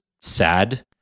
sad